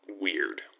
Weird